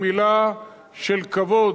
היא מלה של כבוד,